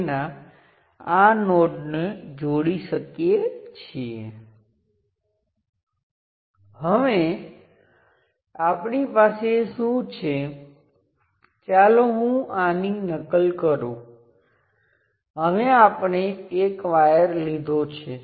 જ્યાં સર્કિટમાં સ્વતંત્ર સ્ત્રોત શૂન્ય છે અને આપણી પાસે આ કેસ છે જ્યાં I1 શૂન્ય છે એટ્લે કે આપણે ઓપન સર્કિટમાં વોલ્ટેજને માપીએ છીએ